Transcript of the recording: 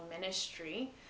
Ministry